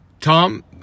Tom